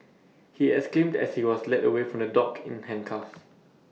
he exclaimed as he was led away from the dock in handcuffs